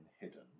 hidden